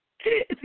okay